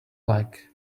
leg